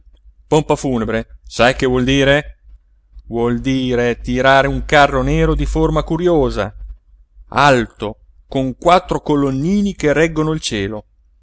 pompa funebre sai che vuol dire vuol dire tirare un carro nero di forma curiosa alto con quattro colonnini che reggono il cielo